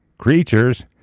creatures